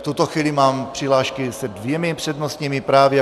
V tuto chvíli mám přihlášky s dvěma přednostními právy.